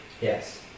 Yes